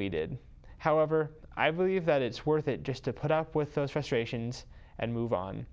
we did however i believe that it's worth it just to put up with those frustrations and move on